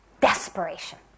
desperation